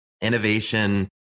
innovation